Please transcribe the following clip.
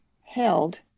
held